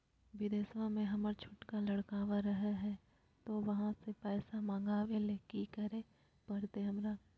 बिदेशवा में हमर छोटका लडकवा रहे हय तो वहाँ से पैसा मगाबे ले कि करे परते हमरा?